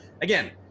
again